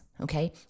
Okay